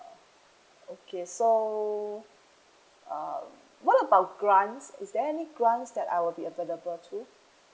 okay so uh what about grants is there any grants that I will be available to